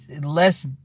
less